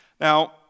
Now